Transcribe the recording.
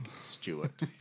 Stewart